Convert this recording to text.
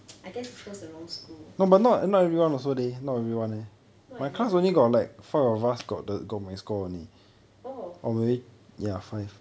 I guess you chose the wrong school not everyone oh